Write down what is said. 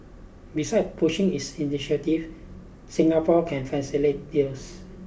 beside pushing its initiative Singapore can facilitate deals